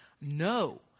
No